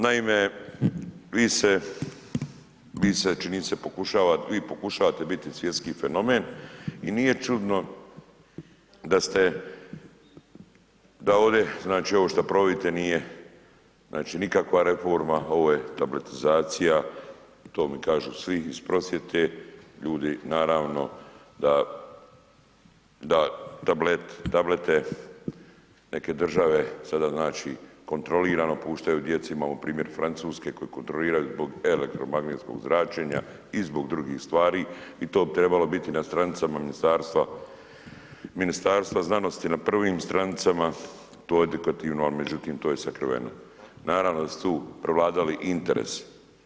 Naime, vi se čini se pokušavate, vi pokušavate biti svjetski fenomen i nije čudno da ste, da ovdje znači ovo šta provodite nije znači nikakva reforma, ovo je tabletizacija, to mi kažu svi iz prosvjete ljudi naravno da, da tablet, tablete neke države, sada znači kontrolirano puštaju djeci, imamo primjer Francuske koje kontroliraju zbog elektromagnetskog zračenja i zbog drugih stvari i to bi trebalo biti na stranicama ministarstva, Ministarstva znanosti, na prvim stranicama, to je edukativno, ali međutim to je sakriveno, naravno da su tu prevladali interesi.